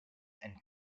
and